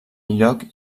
lloc